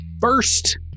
first